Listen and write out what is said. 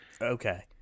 Okay